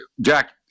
Jack